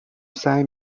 سعی